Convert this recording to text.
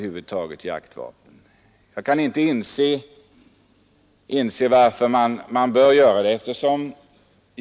Jag kan inte inse varför man behöver göra det.